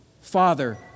father